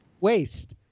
waste